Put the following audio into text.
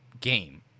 game